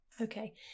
Okay